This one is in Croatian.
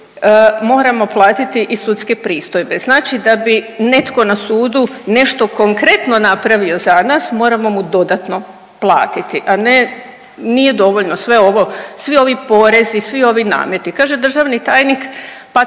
moramo platiti i sudske pristojbe. Znači da bi netko na sudu nešto konkretno napravio za nas moramo mu dodatno platiti, a ne, nije dovoljno sve ovo, svi ovi porezi i svi ovi nameti. Kaže državni tajnik pa